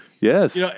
Yes